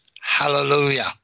Hallelujah